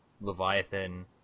Leviathan